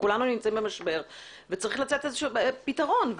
כולנו במשבר צריך לתת איזשהו פתרון.